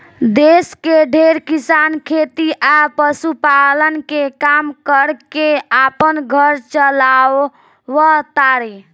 देश के ढेरे किसान खेती आ पशुपालन के काम कर के आपन घर चालाव तारे